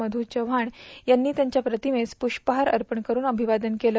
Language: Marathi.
मपु चक्काण यांनी त्यांच्या प्रतिमेत पुष्पहार अर्पण कठन अभिवादन केलं